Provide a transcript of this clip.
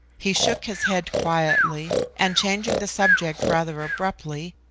he shook his head quietly, and, changing the subject rather abruptly,